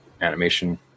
animation